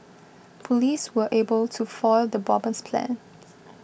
police were able to foil the bomber's plans